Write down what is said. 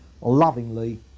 lovingly